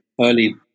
early